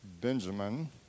Benjamin